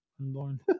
Unborn